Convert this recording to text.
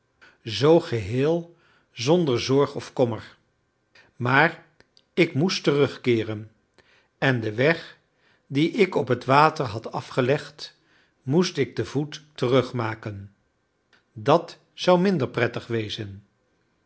zoo geheel zonder zorg of kommer maar ik moest terugkeeren en den weg dien ik op het water had afgelegd moest ik te voet terugmaken dat zou minder prettig wezen